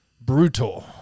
brutal